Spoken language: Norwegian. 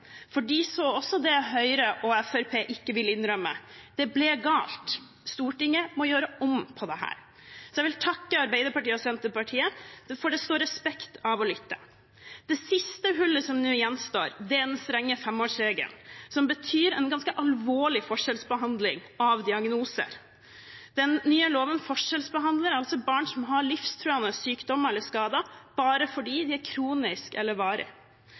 for de så også det Høyre og Fremskrittspartiet ikke vil innrømme: Det ble galt. Stortinget må gjøre om på dette. Jeg vil takke Arbeiderpartiet og Senterpartiet, for det står respekt av å lytte. Det siste hullet, som nå gjenstår, er den strenge femårsregelen, som betyr en ganske alvorlig forskjellsbehandling av diagnoser. Den nye loven forskjellsbehandler altså barn som har livstruende sykdommer eller skader, bare fordi de er kroniske eller